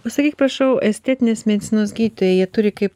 pasakyk prašau estetinės medicinos gydytojai jie turi kaip